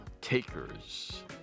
takers